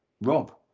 Rob